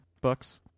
books